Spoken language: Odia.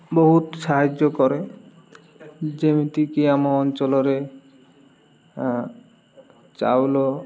ବହୁତ ସାହାଯ୍ୟ କରେ ଯେମିତିକି ଆମ ଅଞ୍ଚଳରେ ଚାଉଳ